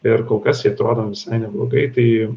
ir kol kas jie atrodo visai neblogai tai